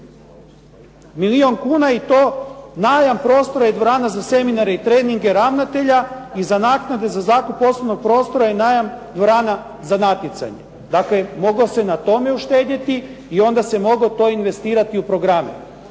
Milijun kuna i to najam prostora i dvorana za seminare i treninge ravnatelja i za naknade za zakup poslovnog prostora i najam dvorana za natjecanje. Dakle, moglo se na tome uštedjeti i onda se moglo to investirati u programe.